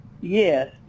yes